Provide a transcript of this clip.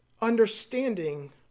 understanding